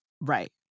Right